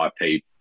IP